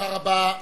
תודה רבה.